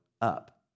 up